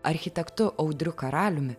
architektu audriu karaliumi